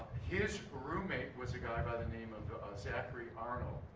his roommate was a guy by the name of ah of zachary arnold.